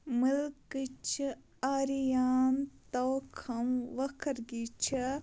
مُلکٕچہِ عریان توخم وكھرگی چھَ